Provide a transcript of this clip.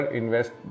invest